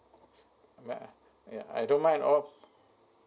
ya ya I don't mind